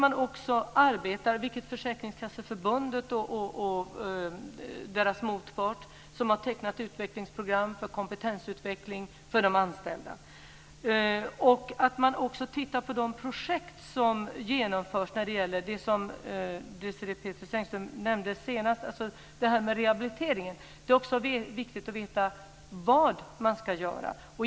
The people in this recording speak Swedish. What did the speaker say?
Man ska också arbeta som Försäkringskasseförbundet och dess motpart gör, som har tecknat utvecklingsprogram för kompetensutveckling för de anställda. Man ska också titta på de projekt som genomförs när det gäller det som Desirée Pethrus Engström nämnde senast, alltså rehabiliteringen. Det är också viktigt att veta vad man ska göra.